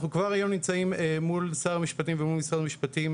אנחנו כבר היום נמצאים מול שר המשפטים ומול משרד המשפטים